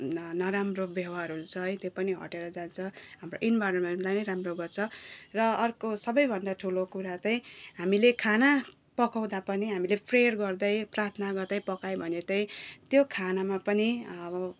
न नराम्रो व्यवहारहरू छ है त्यो पनि हटेर जान्छ हाम्रो इन्भाइरोनमेन्टलाई नि राम्रो गर्छ र अर्को सबैभन्दा ठुलो कुरा चाहिँ हामीले खाना पकाउँदा पनि हामीले प्रेयर गर्दै प्रार्थना गर्दै पकाए भने चाहिँ त्यो खानामा पनि अब